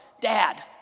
Dad